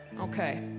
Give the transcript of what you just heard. Okay